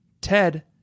Ted